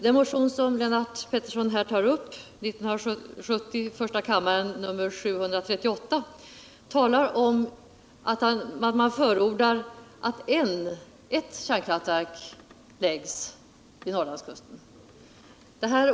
Den motion som Lennart Pettersson här tog upp väcktes i första kammaren och har nr 730 år 1970. I den motionen förordas att ett kärnkraftverk läggs vid Norrlandskusten.